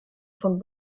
von